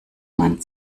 man